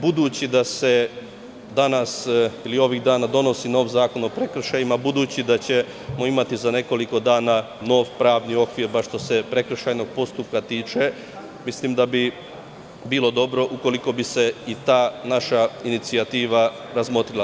Budući da se danas ili ovih dana donosi nov zakon o prekršajima, budući da ćemo imati za nekoliko dana nov pravni okvir, bar što se prekršajnog postupka tiče, mislim da bi bilo dobro ukoliko bi se i ta naša inicijativa razmotrila.